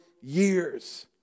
years